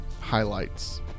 highlights